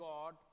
God